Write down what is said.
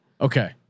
Okay